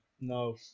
No